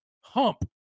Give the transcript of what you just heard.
hump